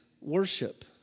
worship